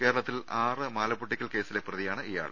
കേരളത്തിൽ ആറ് മാല പൊട്ടിക്കൽ കേസിലെ പ്രതി യാണ് ഇയാൾ